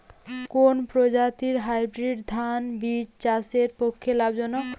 কোন প্রজাতীর হাইব্রিড ধান বীজ চাষের পক্ষে লাভজনক?